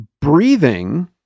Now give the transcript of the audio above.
Breathing